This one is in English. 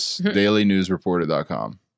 DailyNewsReporter.com